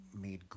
made